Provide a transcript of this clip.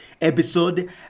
episode